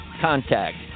contact